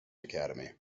academy